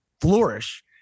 flourish